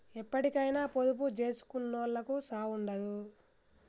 ఎప్పటికైనా పొదుపు జేసుకునోళ్లకు సావుండదు